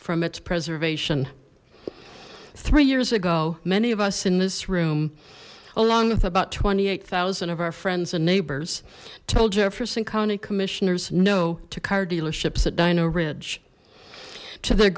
from its preservation three years ago many of us in this room along with about twenty eight thousand of our friends and neighbors told us and county commissioners know two car dealerships at dino ridge to their